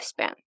lifespan